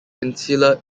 insular